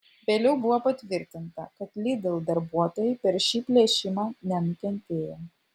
vėliau buvo patvirtinta kad lidl darbuotojai per šį plėšimą nenukentėjo